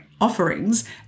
offerings